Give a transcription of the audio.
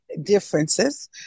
differences